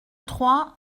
trois